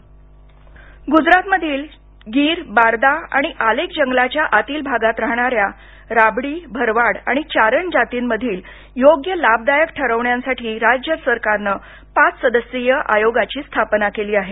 गुजरात आयोग गुजरातमधील गीर बारदा आणि आलेक जंगलांच्या आतील भागात राहणाऱ्या राबडी भरवाड आणि चारन जातींमधील योग्य लाभदायक ठरविण्यासाठी राज्य सरकारनं पाच सदस्यीय आयोगाची स्थापना केली आहे